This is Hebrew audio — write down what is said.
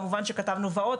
כמובן שכתבנו "ועוד",